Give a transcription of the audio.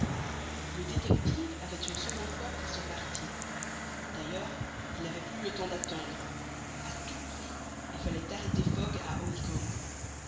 le détective avait une seconde fois pris son parti d'ailleurs il n'avait plus le temps d'attendre a tout prix il fallait arrêter fogg à hong kong